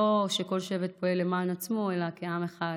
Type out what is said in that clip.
לא כל שבט פה יהיה למען עצמו, אלא כעם אחד